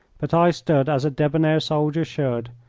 but i stood as a debonair soldier should,